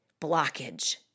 blockage